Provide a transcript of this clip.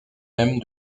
même